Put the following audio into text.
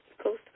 close